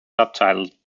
subtitled